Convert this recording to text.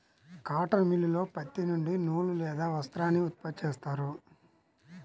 cotton మిల్లులో పత్తి నుండి నూలు లేదా వస్త్రాన్ని ఉత్పత్తి చేస్తారు